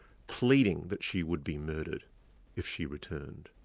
pleading that she would be murdered if she returned.